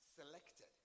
selected